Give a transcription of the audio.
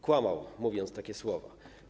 Kłamał, mówiąc takie słowa.